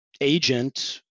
agent